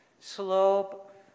slope